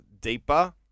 deeper